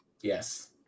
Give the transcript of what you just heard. Yes